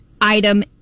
item